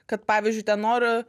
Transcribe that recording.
kad pavyzdžiui ten noriu